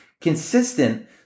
Consistent